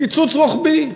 קיצוץ רוחבי.